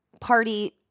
party